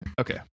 Okay